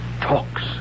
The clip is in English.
talks